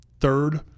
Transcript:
third